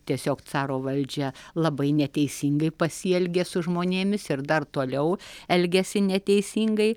tiesiog caro valdžia labai neteisingai pasielgė su žmonėmis ir dar toliau elgiasi neteisingai